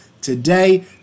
today